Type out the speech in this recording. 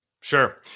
Sure